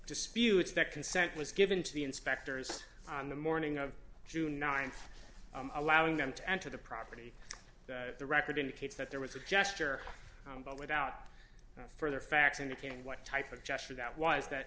disputes that consent was given to the inspectors on the morning of june th allowing them to enter the property the record indicates that there was a gesture but without further facts indicating what type of gesture that was that